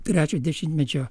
trečio dešimtmečio